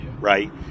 right